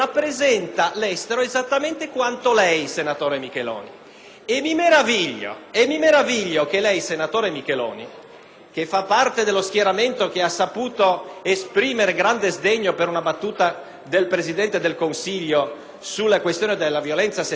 Mi meraviglio che lei, senatore, che fa parte dello schieramento che ha saputo esprimere grande sdegno per una battuta del Presidente del Consiglio sulla questione della violenza sessuale (che non aveva a mio parere nulla di offensivo)